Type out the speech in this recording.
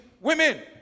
women